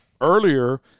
earlier